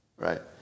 Right